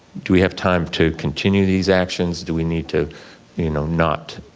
do we have time to continue these actions, do we need to you know not,